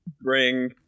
bring